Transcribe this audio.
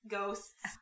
Ghosts